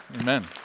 amen